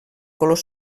color